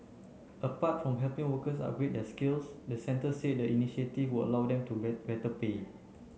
apart from helping workers upgrade their skills the centre said the initiative would allow them to get better pay